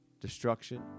destruction